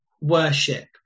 worship